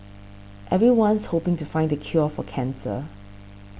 everyone's hoping to find the cure for cancer